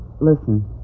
listen